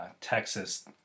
Texas